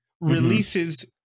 releases